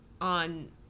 on